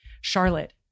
Charlotte